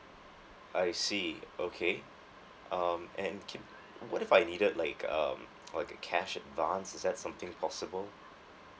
I see okay um and keep what if I needed like um like a cash advances is that something possible